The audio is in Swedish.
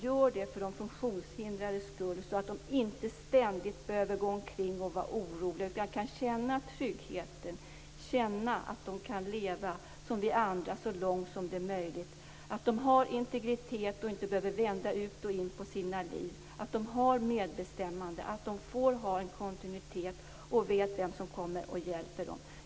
Gör det för de funktionshindrades skull, så att de inte ständigt behöver gå omkring och vara oroliga utan kan känna tryggheten och känna att de kan leva som vi andra så långt det är möjligt, att de har integritet och inte behöver vända ut och in på sitt liv, att de har medbestämmande, att de får ha en kontinuitet och vet vem som kommer och hjälper dem!